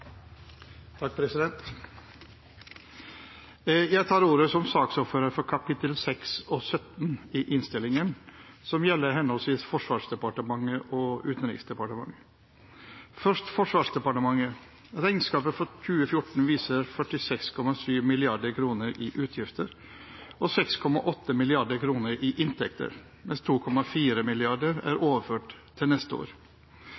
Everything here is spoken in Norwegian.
Jeg tar ordet som saksordfører for kapitlene 6 og 17 i innstillingen som gjelder henholdsvis Forsvarsdepartementet og Utenriksdepartementet. Først til Forsvarsdepartementet. Regnskapet for 2014 viser 46,7 mrd. kr i utgifter og 6,8 mrd. kr i inntekter, mens 2,4 mrd. kr er overført til neste år.